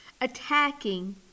attacking